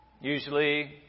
usually